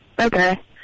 Okay